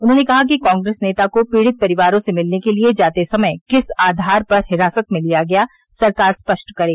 उन्होंने कहा कि कांग्रेस नेता को पीड़ित परिवारों से मिलने के लिये जाते समय किस आघार पर हिरासत में लिया गया सरकार स्पष्ट करे